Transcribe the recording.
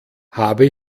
habe